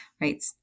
right